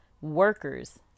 workers